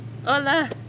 Hola